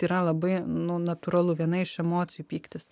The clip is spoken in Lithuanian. tai yra labai nu natūralu viena iš emocijų pyktis